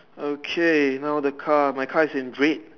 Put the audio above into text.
okay now the car my car is in red